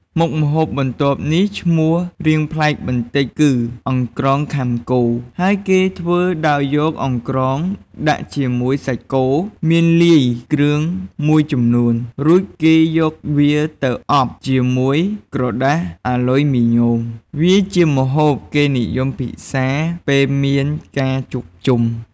មុខម្ហូបបន្ទាប់នេះ ឈ្មោះរាងប្លែកបន្តិចគឺ អង្រ្កងខាំគោ ហើយគេធ្វើដោយយកអង្រ្កងដាក់ជាមួយសាច់គោ មានលាយគ្រឿងមួយចំនួន រួចគេយកវាទៅអបជាមួយក្រដាសអាលុយមីញ៉ូម។ វាជាម្ហូបគេនិយមពិសាពេលមានការជួបជុំ។